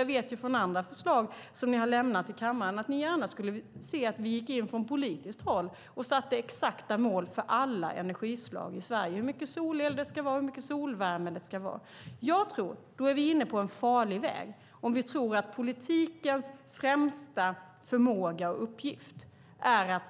Jag vet från andra förslag som ni har lämnat in att ni gärna skulle vilja att vi från politiskt håll gick in och satte upp exakta mål för alla energislag i Sverige - hur mycket solel och hur mycket solvärme det ska vara. Jag tror att vi är inne på en farlig väg om vi tror att politikens främsta förmåga och uppgift är att